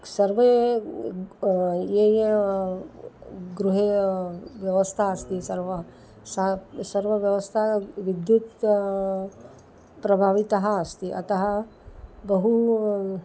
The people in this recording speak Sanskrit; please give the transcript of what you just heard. सर्वे ये ये गृहे व्यवस्था अस्ति सर्व सा सर्वा व्यवस्था विद्युत् प्रभाविता अस्ति अतः बहु